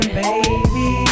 baby